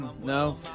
No